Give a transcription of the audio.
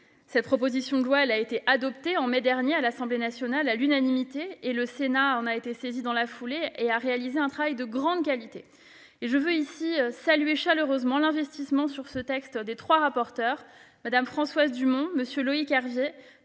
Cette proposition de loi a été adoptée en mai dernier à l'unanimité à l'Assemblée nationale. Le Sénat en a été saisi dans la foulée et a réalisé un travail de grande qualité. Je veux ici saluer chaleureusement l'investissement sur ce texte des trois rapporteurs : Mme Françoise Dumont, M. Loïc Hervé